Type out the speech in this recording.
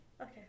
Okay